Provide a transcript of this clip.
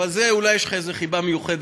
אבל לזה אולי יש לך איזו חיבה מיוחדת,